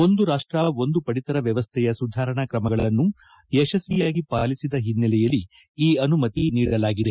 ಒಂದು ರಾಷ್ಟ ಒಂದು ಪಡಿತರ ವ್ಯವಸ್ಥೆಯ ಸುಧಾರಣಾ ಕ್ರಮಗಳನ್ನು ಯಶಸ್ವಿಯಾಗಿ ಪಾಲಿಸಿದ ಓನ್ನೆಲೆಯಲ್ಲಿ ಈ ಆನುಮತಿ ನೀಡಲಾಗಿದೆ